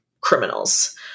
criminals